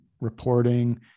reporting